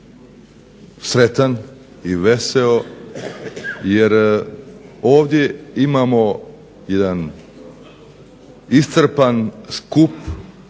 sretan i veseo jer ovdje imamo jedan iscrpan skup